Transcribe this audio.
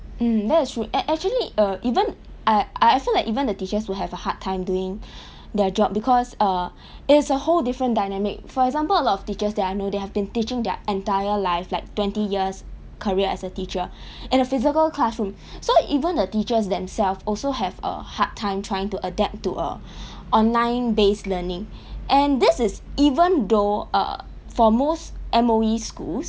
mm that is true and actually err even I I feel like even the teachers will have a hard time doing their job because uh it's a whole different dynamic for example a lot of teachers that I know they have been teaching their entire life like twenty years career as a teacher in a physical classroom so even the teachers themselves also have a hard time trying to adapt to a online based learning and this is even though err for most M_O_E schools